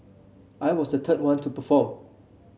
I was the third one to perform